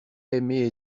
aimer